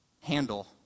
handle